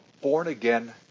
born-again